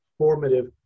formative